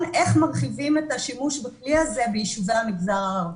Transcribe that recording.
איך מרחיבים את השימוש בכלי הזה ביישובי המגזר הערבי.